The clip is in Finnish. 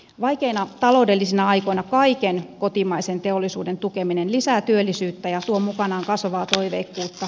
vaikeina taloudellisina aikoina kaiken kotimaisen teollisuuden tukeminen lisää työllisyyttä ja tuo mukanaan kasvavaa toiveikkuutta